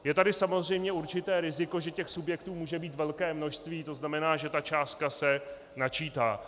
Je tady samozřejmě určité riziko, že subjektů může být velké množství, to znamená, že ta částka se načítá.